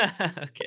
Okay